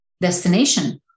destination